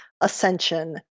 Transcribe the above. ascension